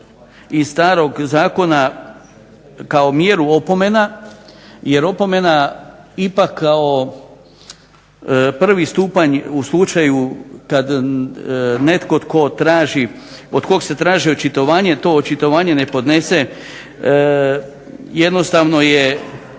iz starog zakona kao mjeru opomena jer opomena ipak kao prvi stupanj u slučaju kad netko tko traži, od kog se traži očitovanje to očitovanje ne podnese jednostavno je